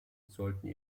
sollten